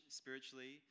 spiritually